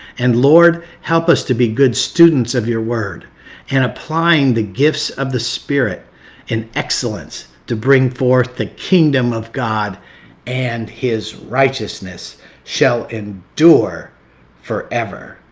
and lord help us to be good students of your word and applying the gifts of the spirit in excellence to bring forth the kingdom of god and his righteousness shall endure forever.